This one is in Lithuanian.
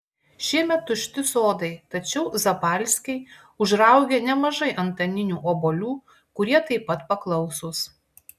šiemet tušti sodai tačiau zapalskiai užraugė nemažai antaninių obuolių kurie taip pat paklausūs